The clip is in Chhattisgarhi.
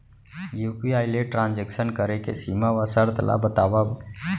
यू.पी.आई ले ट्रांजेक्शन करे के सीमा व शर्त ला बतावव?